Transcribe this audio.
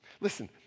Listen